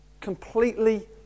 Completely